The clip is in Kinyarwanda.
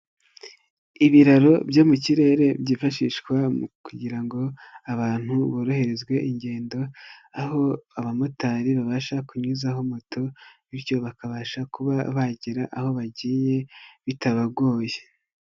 Ibiraro byo mu kirere byifashishwa kugira ngo abantu boroherezwe ingendo, aho abamotari babasha kunyuzaho moto bityo bakabasha kuba bagera aho bagiye bitabagoye.